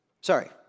Sorry